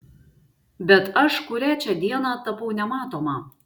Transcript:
bet aš kurią čia dieną tapau nematoma